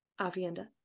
Avienda